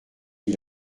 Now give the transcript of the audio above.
dit